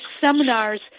seminars